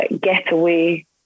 getaway